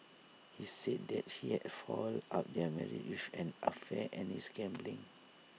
he said that he had fouled up their marriage with an affair and his gambling